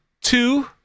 two